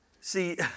See